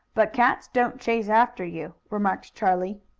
but cats don't chase after you, remarked charlie.